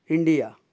India